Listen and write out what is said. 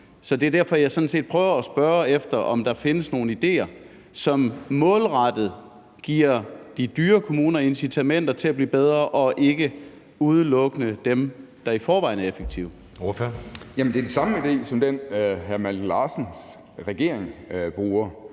et. Det er derfor, jeg sådan set prøver at spørge, om der findes nogle idéer, som målrettet giver de dyre kommuner incitamenter til at blive bedre og ikke udelukkende dem, der i forvejen er effektive. Kl. 14:30 Anden næstformand (Jeppe Søe):